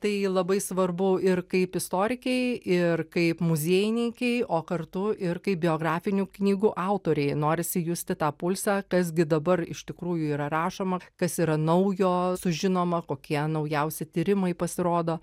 tai labai svarbu ir kaip istorikei ir kaip muziejininkei o kartu ir kaip biografinių knygų autorei norisi justi tą pulsą kas gi dabar iš tikrųjų yra rašoma kas yra naujo sužinoma kokie naujausi tyrimai pasirodo